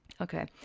Okay